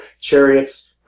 chariots